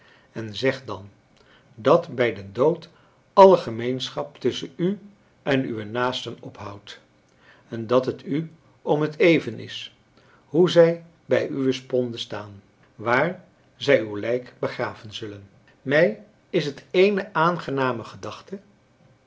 en zeg dan dat bij den dood alle gemeenschap tusschen u en uwe naasten ophoudt en dat het u om het even is hoe zij bij uwe sponde staan wààr zij uw lijk begraven zullen mij is het eene aangename gedachte en